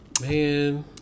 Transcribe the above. Man